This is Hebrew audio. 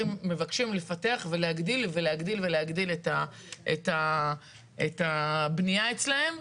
מבקשים לפתח ולהגדיל ולהגדיל את הבנייה אצלם.